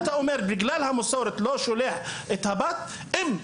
אם אתה אומר שזו הסיבה שבגללה לא שולחים את הבנות ללימודים.